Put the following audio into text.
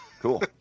cool